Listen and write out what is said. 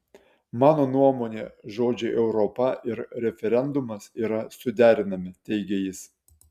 mano nuomone žodžiai europa ir referendumas yra suderinami teigė jis